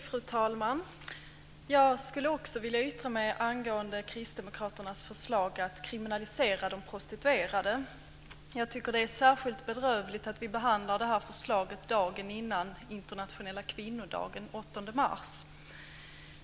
Fru talman! Jag skulle också vilja yttra mig angående Kristdemokraternas förslag att kriminalisera de prostituerade. Jag tycker att det är särskilt bedrövligt att vi behandlar förslaget dagen före internationella kvinnodagen den 8 mars.